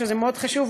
שזה מאוד חשוב,